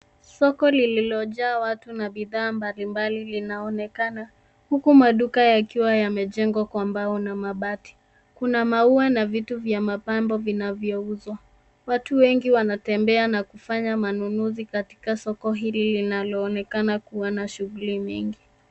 Soko lililojaa watu na bidhaa mbalimbali, linaonekana huku maduka yakiwa yamejengwa kwa mbao na mabati. Kuna maua na vitu vya mapambo vinavyouzwa. Watu wengi wanatembea na kufanya manunuzi katika soko hili linaloonekana kuwa na shughuli mingi.